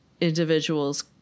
individuals